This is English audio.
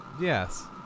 Yes